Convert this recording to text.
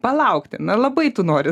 palaukti na labai tu nori